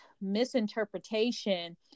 misinterpretation